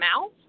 mouth